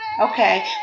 okay